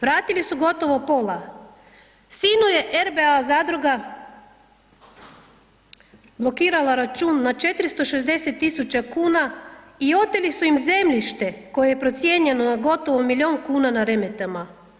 Vratili su gotovo pola, sinu je RBA zadruga blokirala račun na 460.000 kuna i oteli su im zemljište koje je procijenjeno na gotovo milion kuna na Remetama.